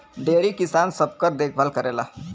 dairy किसान सबकर देखभाल करेला